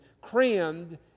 crammed